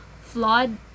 flawed